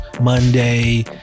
monday